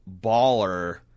baller